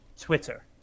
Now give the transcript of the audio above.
Twitter